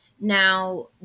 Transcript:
Now